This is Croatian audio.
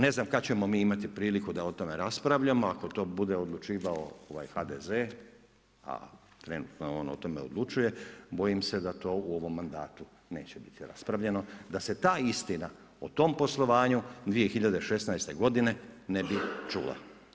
Ne znam kad ćemo mi imati priliku da o tome raspravljamo, ako o tom bude odlučivao HDZ a trenutno on o tome odlučuje, bojim se da to u ovom mandatu, neće biti raspravljeno, da se ta istina o tom poslovanju 2016.g. ne bi čula.